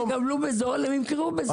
אם הם יקבלו בזול הם ימכרו בזול.